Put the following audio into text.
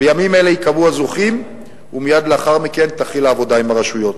בימים אלה ייקבעו הזוכים ומייד לאחר מכן תחל העבודה עם הרשויות.